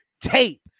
tape